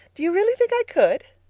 do you really think i could?